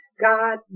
God